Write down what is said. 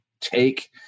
take